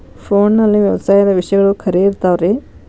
ಫೋನಲ್ಲಿ ವ್ಯವಸಾಯದ ವಿಷಯಗಳು ಖರೇ ಇರತಾವ್ ರೇ?